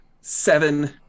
seven